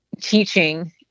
teaching